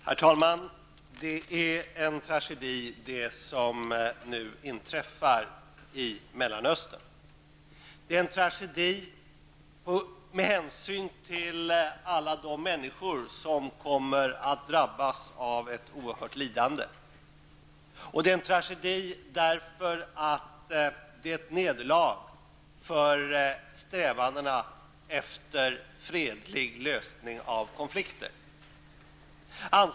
Herr talman! Det som nu inträffar i Mellanöstern är en tragedi. Det är en tragedi med tanke på alla de människor som kommer att drabbas av ett oerhört lidande. Det är en tragedi eftersom det är ett nederlag för strävandena att nå en fredlig lösning av konflikten.